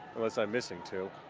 unless i'm missing two.